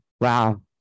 Wow